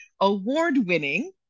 award-winning